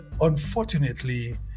unfortunately